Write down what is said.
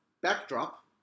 backdrop